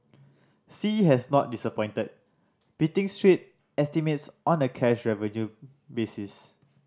sea has not disappointed beating street estimates on a cash revenue basis